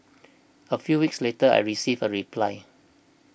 a few weeks later I received a reply